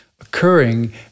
occurring